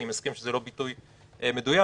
אני מסכים שזה לא ביטוי מדויק